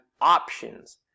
options